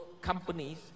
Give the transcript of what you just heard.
companies